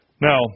Now